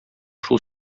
шул